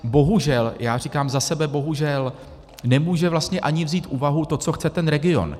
Bohužel, já za sebe říkám bohužel, nemůže vlastně ani vzít v úvahu to, co chce ten region.